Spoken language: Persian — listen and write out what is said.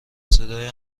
صدای